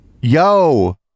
Yo